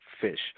fish